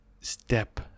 step